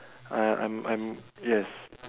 I'm I'm I'm yes